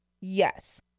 Yes